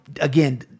again